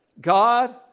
God